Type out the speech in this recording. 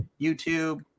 YouTube